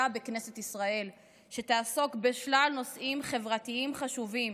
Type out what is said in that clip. בכנסת שתעסוק בשלל נושאים חברתיים חשובים,